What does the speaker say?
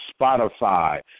Spotify